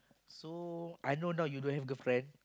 so I know now you don't have girlfriend